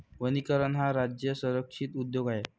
वनीकरण हा राज्य संरक्षित उद्योग आहे